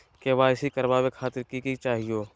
KYC करवावे खातीर कि कि चाहियो?